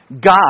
God